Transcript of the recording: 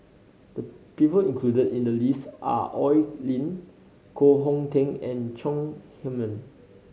the people included in the list are Oi Lin Koh Hong Teng and Chong Heman